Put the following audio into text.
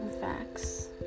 facts